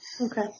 Okay